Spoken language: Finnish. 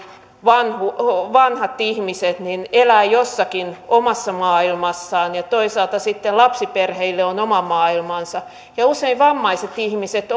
vanhat ihmiset elävät jossakin omassa maailmassaan ja toisaalta sitten lapsiperheille on oma maailmansa ja usein vammaiset ihmiset